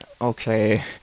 okay